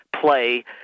play